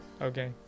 Okay